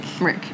Rick